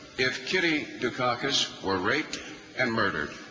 if kitty dukakis were raped and murdered